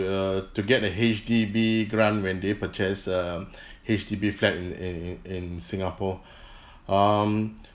err to get a H_D_B grant when they purchase a H_D_B flat in in in in singapore um